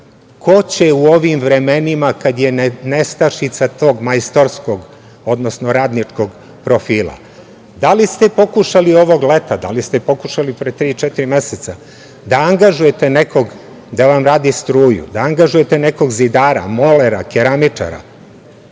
ko će u ovim vremenima, kada je nestašica tog radničkog profila, tog majstorskog? Da li ste pokušali ovog leta, da li ste pokušali pre tri, četiri meseca da angažujete nekoga da vam radi struju, da angažujete nekog zidara, molera, keramičara?